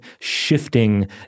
shifting